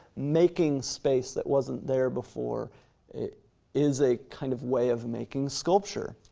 making space that wasn't there before is a kind of way of making sculpture.